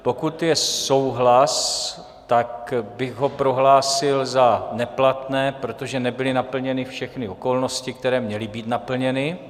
Pokud je souhlas, tak bych ho prohlásil za neplatné, protože nebyly naplněny všechny okolnosti, které měly být naplněny.